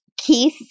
Keith